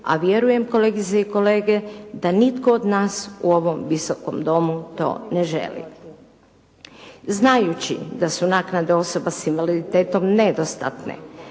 a vjerujem kolegice i kolege da nitko od nas u ovom Visokom domu to ne želi. Znajući da su naknade osoba s invaliditetom nedostatne